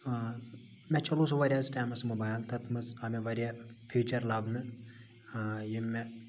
مےٚ چَلوو سُہ واریاہَس ٹایمَس مُبایل تتھ مَنٛز آے مےٚ واریاہ فیٖچَر لَبنہٕ یِم مےٚ